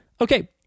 Okay